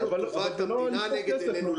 טובת המדינה נגד עינינו,